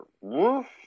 woof